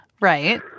Right